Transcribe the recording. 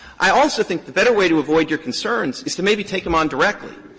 i also think the better way to avoid your concerns is to maybe take them on directly.